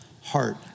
heart